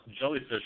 jellyfish